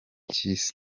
cy’isi